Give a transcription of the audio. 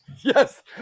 Yes